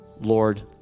Lord